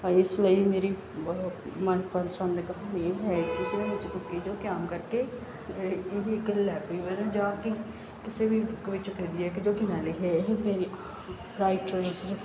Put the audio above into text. ਇਸ ਲਈ ਮੇਰੀ ਮਨ ਪਸੰਦ ਕਿਤਾਬ ਇਹ ਹੈ ਕਿ ਇਸਦੇ ਵਿੱਚ ਜੋ ਕਿ ਆਮ ਕਰਕੇ ਇਹ ਇੱਕ ਲਾਇਬ੍ਰੇਰੀ ਜਾਂ ਕਿਸੇ ਵੀ ਬੁੱਕ ਵਿੱਚ ਖਰੀਦੀ ਹੈ ਜੋ ਕਿ ਮੈਂ ਲਿਖੇ ਹੈ ਕਿਸੇ ਵੀ ਰਾਈਟਰਸ